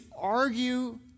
argue